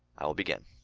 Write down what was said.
i will begin.